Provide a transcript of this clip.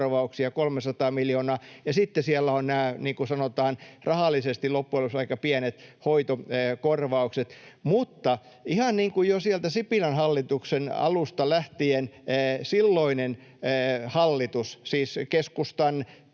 300 miljoonaa, ja sitten siellä ovat nämä, niin kuin sanotaan, rahallisesti loppujen lopuksi aika pienet hoitokorvaukset. Mutta ihan jo sieltä Sipilän hallituksen alusta lähtien silloinen hallitushan — siis keskustan,